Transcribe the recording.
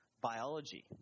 biology